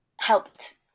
helped